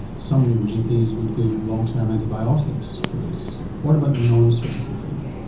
some gps would give long-term antibiotics for this. what about the nonsurgical treatment?